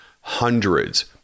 hundreds